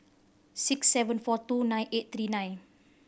six seven four two nine eight three nine